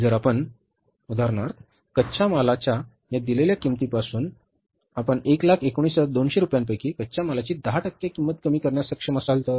जर आपण उदाहरणार्थ कच्च्या मालाच्या या दिलेल्या किंमतीपासून आपण 119200 रुपयांपैकी कच्च्या मालाची 10 टक्के किंमत कमी करण्यास सक्षम असाल तर